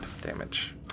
damage